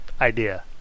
idea